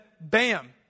bam